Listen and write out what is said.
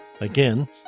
Again